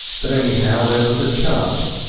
but anyhow there was a chance,